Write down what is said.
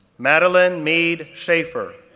madeleine mead schaffer,